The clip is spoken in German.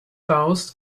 baust